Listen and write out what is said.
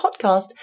podcast